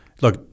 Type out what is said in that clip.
look